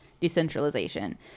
decentralization